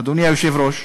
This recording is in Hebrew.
אדוני היושב-ראש,